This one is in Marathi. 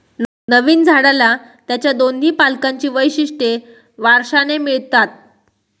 नवीन झाडाला त्याच्या दोन्ही पालकांची वैशिष्ट्ये वारशाने मिळतात